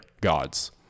gods